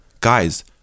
guys